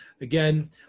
again